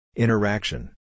Interaction